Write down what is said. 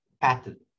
pattern